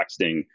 texting